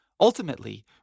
Ultimately